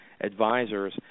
advisors